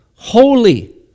holy